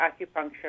acupuncture